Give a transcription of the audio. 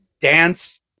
dance